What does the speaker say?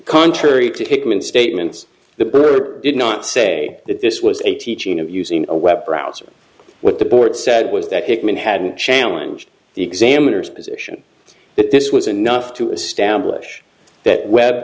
contrary to hitmen statements the blurb did not say that this was a teaching of using a web browser what the board said was that hickman hadn't challenge the examiners position that this was enough to establish that web